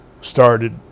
started